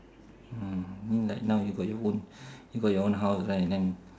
mm I mean like now you got your own you got your own house right then